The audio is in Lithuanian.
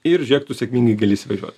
ir žiūrėk tu sėkmingai gali įsivažiuot